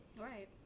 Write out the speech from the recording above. Right